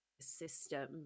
system